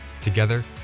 Together